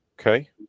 Okay